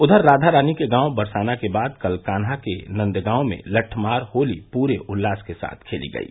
उधर राधारानी के गांव बरसाना के बाद कल कान्हा के नंदगांव में लटठमार होली पूरे उल्लास के साथ खेली गयी